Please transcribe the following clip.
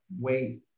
wait